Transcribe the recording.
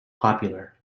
popular